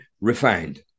refined